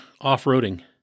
off-roading